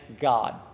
God